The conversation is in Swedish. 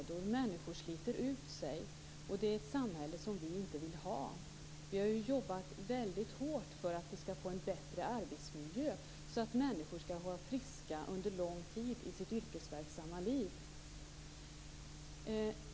Människor sliter ut sig. Det är ett samhälle som vi inte vill ha. Vi har ju jobbat väldigt hårt för att vi skall få en bättre arbetsmiljö, så att människor skall hålla sig friska under lång tid av sitt yrkesverksamma liv.